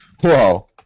Whoa